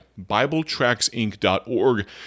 BibleTracksInc.org